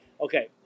Okay